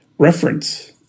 reference